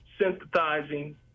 synthesizing